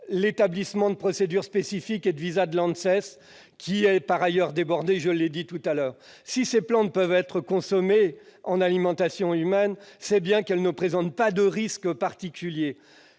l'établissement de procédures spécifiques et de visas par l'ANSES, qui est par ailleurs débordée, je l'ai dit. Si ces plantes peuvent être consommées dans l'alimentation humaine, c'est bien qu'elles ne présentent pas de risques particuliers.